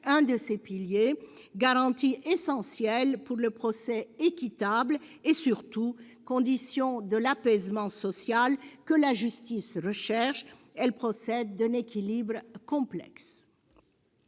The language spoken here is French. un de ses piliers. Garantie essentielle pour le procès équitable et surtout, condition de l'apaisement social que la justice recherche, elle procède d'un équilibre complexe.